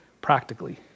practically